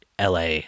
LA